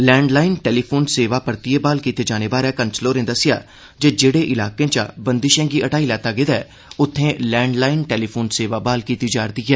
landline telephone सेवा परतियै ब्हाल कीते जाने बारै कंसल होरें दस्सेआ जे जेहड़े इलाकें चा बंदिशें गी हटाई लैता गेदा ऐ उत्थे लैंडलाईन टेलीफोन सेवा ब्हाल कीती जा'रदी ऐ